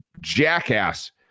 jackass